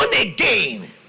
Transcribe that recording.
again